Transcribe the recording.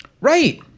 Right